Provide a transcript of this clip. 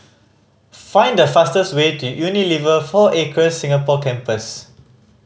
find the fastest way to Unilever Four Acres Singapore Campus